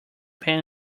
pan